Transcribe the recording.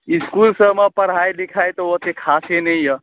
इसकुल सबमे पढ़ाइ लिखाइ तऽ ओते खासे नहि यऽ